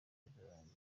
birarangiye